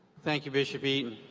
thank you, bishop eaton.